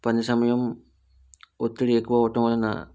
పది సమయం ఒత్తిడి ఎక్కువ అవ్వటం వలన